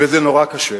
וזה נורא קשה,